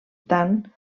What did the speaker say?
tant